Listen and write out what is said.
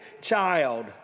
child